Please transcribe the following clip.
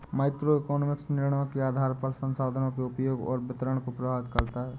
microeconomics निर्णयों के आधार पर संसाधनों के उपयोग और वितरण को प्रभावित करता है